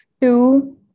two